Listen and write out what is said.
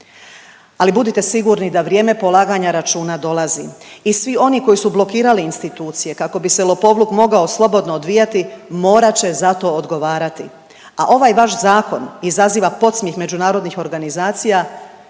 ali budite sigurni da vrijeme polaganja računa dolazi i svi oni koji su blokirali institucije kako bi se lopovluk mogao slobodno odvijati morat će za to odgovarati, a ovaj vaš zakon izaziva podsmjeh međunarodnih organizacija